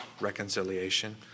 reconciliation